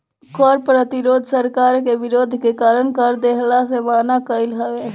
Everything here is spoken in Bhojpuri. कर प्रतिरोध सरकार के विरोध के कारण कर देहला से मना कईल हवे